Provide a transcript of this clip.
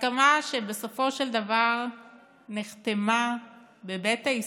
הסכמה שבסופו של דבר נחתמה בבית ההסתדרות,